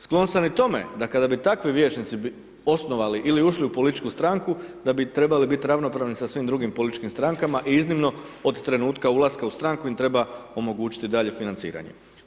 Sklon sam i tome da kada bi takvi vijećnici osnovali ili ušli u političku stranku da bi trebali biti ravnopravni sa svim drugim političkim strankama i iznimno od trenutka ulaska u stanku im treba omogućiti dalje financiranje.